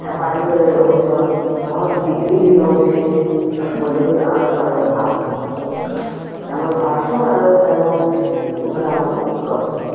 ହେପାଜତ୍ରେ ରହୁଛନ୍ ଭଲ୍ ବିକ୍ରୀ ବି ହଉଛି ବୋଲିକରି ଆମେ ଭାବଲେ ଭାବ୍ସୁଁ ଆମେ ଭାବ୍ସୁଁ ଆରୁ ସେନୁ କୁକୁରା ମାନକୁଁ ରଖ୍ସୁଁ